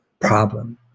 problem